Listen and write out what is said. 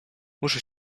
muszę